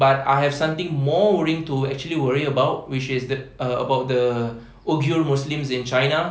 but I have something more worrying to actually worry about which is the uh about the uighur muslim in china